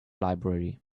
library